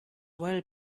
well